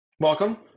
welcome